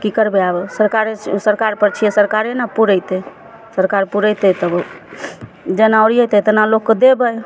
की करबय आब सरकारे सरकार पर छियै सरकारे ने पुड़ेतय सरकार पुड़ेतय तब जेना ओरियेतै तेना लोकके देबय